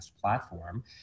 platform